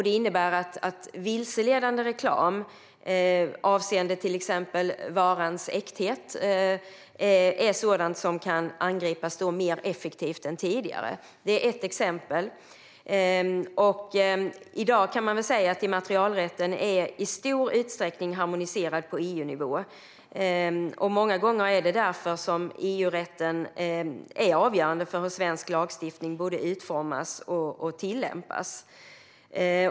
Det innebär att vilseledande reklam avseende till exempel varans äkthet är sådant som kan angripas mer effektivt än tidigare. Detta är ett exempel. I dag kan man säga att immaterialrätten i stor utsträckning är harmoniserad på EU-nivå. Många gånger är det därför som EU-rätten är avgörande för hur svensk lagstiftning både utformas och tillämpas.